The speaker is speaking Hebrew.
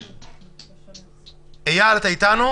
אנחנו הצענו להביא עכשיו את התיקון כפי